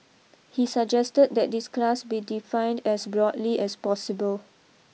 he suggested that this class be defined as broadly as possible